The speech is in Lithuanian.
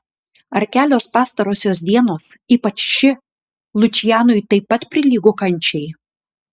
ar kelios pastarosios dienos ypač ši lučianui taip pat prilygo kančiai